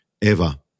Eva